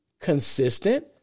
consistent